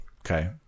Okay